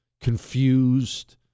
confused